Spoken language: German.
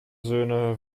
söhne